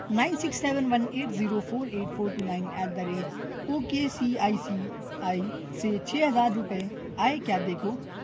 nine six seven one eight zero four eight four two nine eight دا rate okay C I C I سے چھ ہزار روپے آئے کیا دیکھو